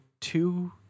two